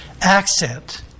accent